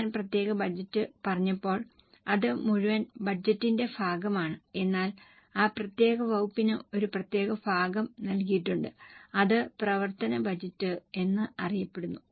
ഞാൻ പ്രത്യേക ബജറ്റ് പറഞ്ഞപ്പോൾ അത് മുഴുവൻ ബജറ്റിന്റെ ഭാഗമാണ് എന്നാൽ ആ പ്രത്യേക വകുപ്പിന് ഒരു പ്രത്യേക ഭാഗം നൽകിയിട്ടുണ്ട് അത് പ്രവർത്തന ബജറ്റ് എന്നറിയപ്പെടുന്നു